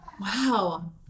Wow